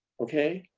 okay?